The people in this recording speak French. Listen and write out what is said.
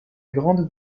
grande